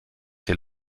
hier